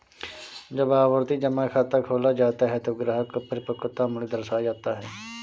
जब आवर्ती जमा खाता खोला जाता है तो ग्राहक को परिपक्वता मूल्य दर्शाया जाता है